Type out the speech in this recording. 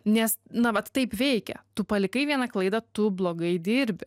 nes na vat taip veikia tu palikai vieną klaidą tu blogai dirbi